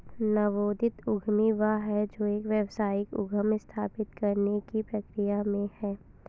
नवोदित उद्यमी वह है जो एक व्यावसायिक उद्यम स्थापित करने की प्रक्रिया में है